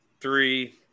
three